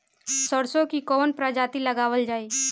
सरसो की कवन प्रजाति लगावल जाई?